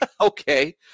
Okay